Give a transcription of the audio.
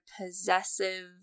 possessive